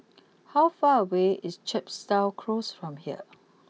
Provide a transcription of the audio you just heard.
how far away is Chepstow close from here